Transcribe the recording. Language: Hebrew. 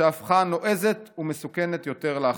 שהפכה נועזת ומסוכנת יותר לאחרונה.